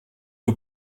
aux